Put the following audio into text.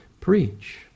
preach